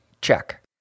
check